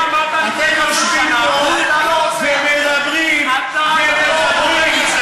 אתם יושבים פה ומדברים ומדברים,